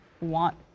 want